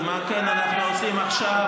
ומה כן אנחנו עושים עכשיו,